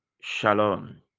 shalom